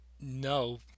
No